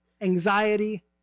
anxiety